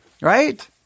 right